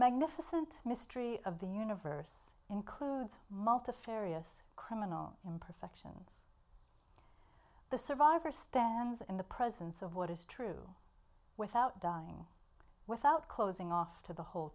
magnificent mystery of the universe includes multifarious criminal imperfection the survivor stands in the presence of what is true without dying without closing off to the whole